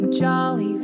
jolly